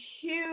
huge